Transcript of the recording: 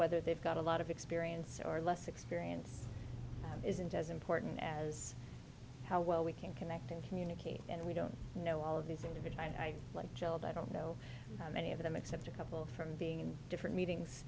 whether they've got a lot of experience or less experience isn't as important as how well we can connect and communicate and we don't know all of these individual and i like gerald i don't know how many of them except a couple from being in different meetings